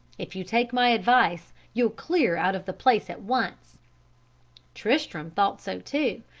if you take my advice, you'll clear out of the place at once tristram thought so too,